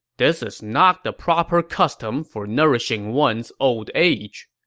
this is not the proper custom for nourishing one's old age.